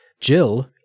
Jill